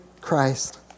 Christ